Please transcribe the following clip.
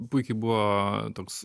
puikiai buvo toks